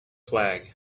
flag